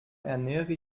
ernähre